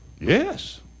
Yes